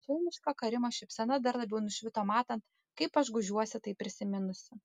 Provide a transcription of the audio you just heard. šelmiška karimo šypsena dar labiau nušvito matant kaip aš gūžiuosi tai prisiminusi